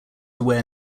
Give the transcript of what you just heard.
aware